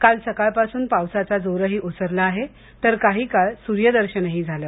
काल सकाळपासून पावसाचा जोरही ओसरला आहे तर काही काळ स्र्यदर्शनही झालं